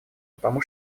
потому